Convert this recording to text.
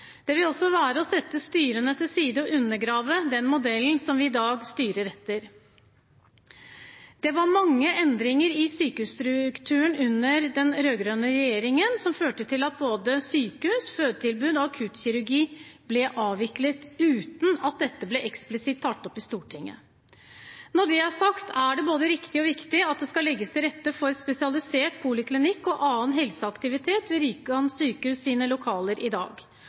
Det vil også være å sette styrene til side og undergrave den modellen som vi i dag styrer etter. Det var mange endringer i sykehusstrukturen under den rød-grønne regjeringen som førte til at både sykehus, fødetilbud og akuttkirurgi ble avviklet uten at dette ble eksplisitt tatt opp i Stortinget. Når det er sagt, er det både riktig og viktig at det skal legges til rette for spesialisert poliklinikk og annen helseaktivitet ved Rjukan sykehus sine lokaler i dag.